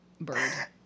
Bird